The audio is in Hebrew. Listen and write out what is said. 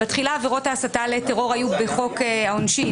בתחילה עבירות ההסתה לטרור היו בחוק העונשין,